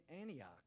Antioch